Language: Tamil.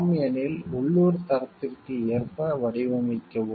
ஆம் எனில் உள்ளூர் தரத்திற்கு ஏற்ப வடிவமைக்கவும்